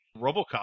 RoboCop